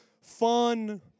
fun